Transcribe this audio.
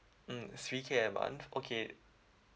mm three K a month okay